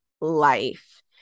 life